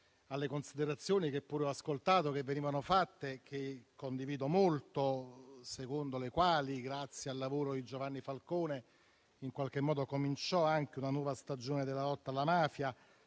alle considerazioni - che pure ho ascoltato - che venivano fatte e che condivido molto, secondo le quali grazie al lavoro di Giovanni Falcone cominciò anche una nuova stagione della lotta alla mafia.